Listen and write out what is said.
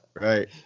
right